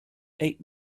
eight